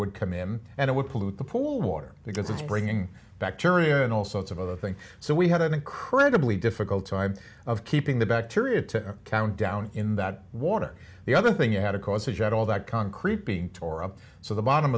would come in and it would pollute the pool water because it's bringing bacteria and all sorts of other things so we had an incredibly difficult time of keeping the bacteria to count down in that water the other thing you had to cause a jet all that concrete being tore up so the bottom